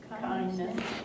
kindness